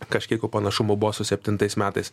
kažkiek jau panašumų buvo su septintais metais